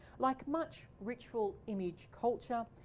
like much ritual image culture,